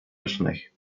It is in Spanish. personaje